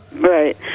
Right